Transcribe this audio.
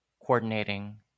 coordinating